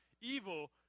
evil